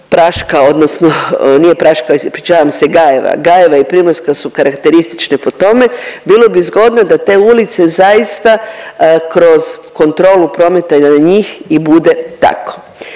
Praška odnosno, nije Praška ispričavam se Gajeva. Gajeva i Primorska su karakteristične po tome, bilo bi zgodno da te ulice zaista kroz kontrolu prometa na njih i bude tako.